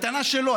הטענה שלו,